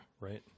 right